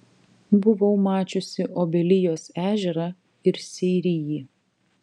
buvau mačiusi obelijos ežerą ir seirijį